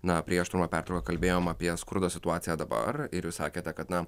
naprieš trumpą pertrauką kalbėjom apie skurdo situaciją dabar ir jūs sakėte kad na